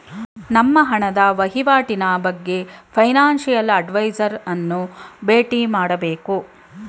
ನಮ್ಮ ಹಣದ ವಹಿವಾಟಿನ ಬಗ್ಗೆ ಫೈನಾನ್ಸಿಯಲ್ ಅಡ್ವೈಸರ್ಸ್ ಅನ್ನು ಬೇಟಿ ಮಾಡಬೇಕು